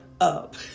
up